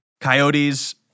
coyotes